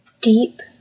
deep